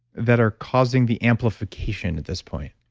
that are causing the amplification at this point?